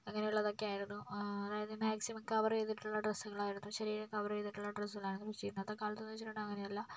അങ്ങനെയുള്ളതൊക്കെയായിരുന്നു അതായത് maximum cover ചെയ്തിട്ടുള്ള ഡ്രെസ്സുകളായിരുന്നു ശരീരം കവറുചെയ്തിട്ടുള്ള ഡ്രെസ്സുകളായിരുന്നു പക്ഷെ ഇന്നത്തെ കാലത്തെന്ന് വെച്ചിട്ടുണ്ടെങ്കിൽ അങ്ങനെയല്ല